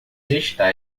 está